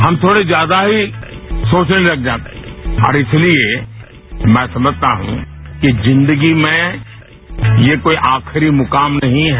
हम थोड़े ज्यादा ही सोचने तग जाते है और इसलिए मैं समझता हूं कि जिन्दगी में ये कोई आखिरी मुकाम नहीं है